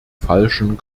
falschen